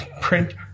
print